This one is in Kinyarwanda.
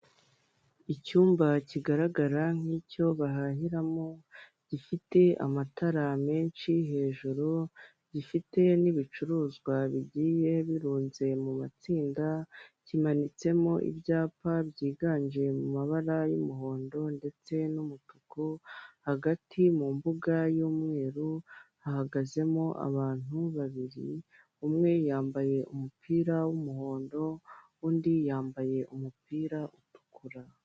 Icyumba kigaragara nk'icyo bahahiramo gifite amatara menshi hejuru gifite n'ibicuruzwa bigiye birunze mu matsinda kimanitsemo ibyapa byiganje mabara y'umuhondo ndetse n'umutuku hagati mu mbuga y'umweru ahagazemo abantu babiri umwe yambaye umupira w'umuhondo undi yambaye umupira utukura.